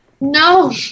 No